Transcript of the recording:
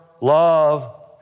love